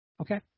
Okay